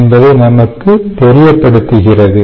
என்பதை நமக்குத் தெரியப்படுத்துகிறது